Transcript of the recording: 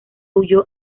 huyó